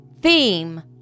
theme